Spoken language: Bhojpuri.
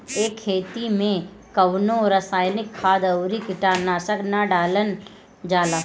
ए खेती में कवनो रासायनिक खाद अउरी कीटनाशक ना डालल जाला